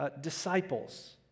disciples